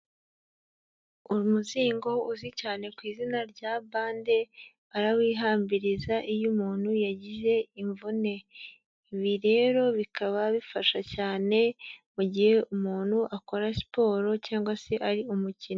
Umuzingo uzwi cyane ku izina rya bande barawihambiriza iyo umuntu yagize imvune, ibi rero bikaba bifasha cyane mu gihe umuntu akora siporo cyangwa se ari umukinnyi.